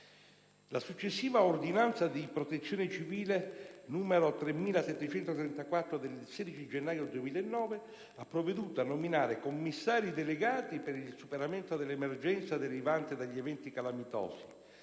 La successiva ordinanza di protezione civile n. 3734 del 16 gennaio 2009 ha provveduto a nominare commissari delegati per il superamento dell'emergenza derivante dagli eventi calamitosi,